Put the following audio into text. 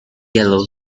yellow